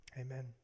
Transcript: amen